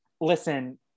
listen